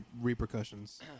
repercussions